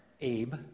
Abe